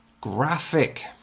graphic